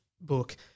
book